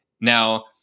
Now